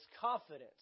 confidence